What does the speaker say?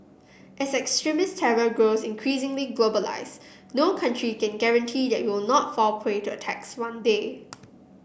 as extremist terror grows increasingly globalised no country can guarantee that it will not fall prey to attacks one day